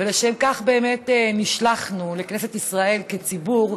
ולשם כך באמת נשלחנו לכנסת ישראל כציבור,